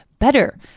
Better